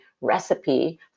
recipe